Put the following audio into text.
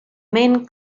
men